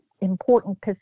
important